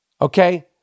okay